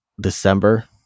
December